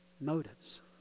motives